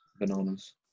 Bananas